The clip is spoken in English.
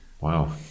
Wow